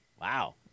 Wow